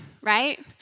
right